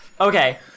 Okay